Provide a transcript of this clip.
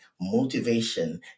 motivation